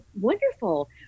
wonderful